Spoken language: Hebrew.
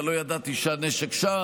אבל לא ידעתי שהנשק שם,